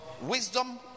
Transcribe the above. wisdom